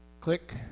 Click